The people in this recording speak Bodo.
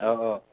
औ औ